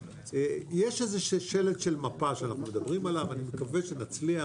יש איזה שלד של מפה שאנחנו מדברים עליו ואני מקווה שנצליח.